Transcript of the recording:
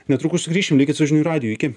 netrukus sugrįšim likit su žinių radijui iki